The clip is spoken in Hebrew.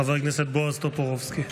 חבר הכנסת בועז טופורובסקי.